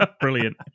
Brilliant